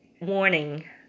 warning